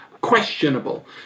questionable